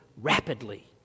rapidly